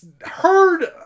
heard